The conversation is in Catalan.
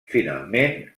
finalment